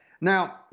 Now